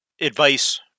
advice